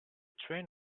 train